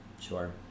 Sure